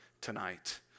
tonight